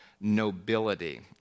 nobility